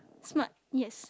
smart yes